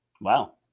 Wow